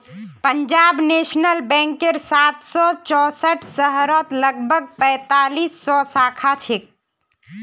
Punjab national बैंकेर सात सौ चौसठ शहरत लगभग पैंतालीस सौ शाखा छेक